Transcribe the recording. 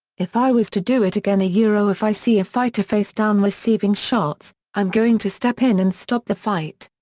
if i was to do it again ah if i see a fighter face down receiving shots, i'm going to step in and stop the fight.